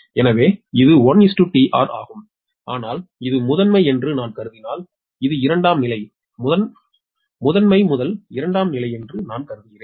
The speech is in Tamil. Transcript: எனவே இது 1 tR ஆகும் ஆனால் இது முதன்மை என்று நான் கருதினால் இது இரண்டாம் நிலை முதன்மை முதல் இரண்டாம் நிலை என்று நான் கருதுகிறேன்